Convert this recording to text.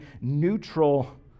neutral